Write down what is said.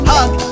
Hug